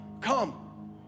come